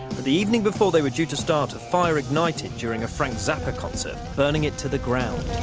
but the evening before they were due to start, a fire ignited during a frank zappa concert, burning it to the ground.